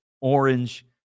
orange